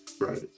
Right